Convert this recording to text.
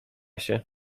się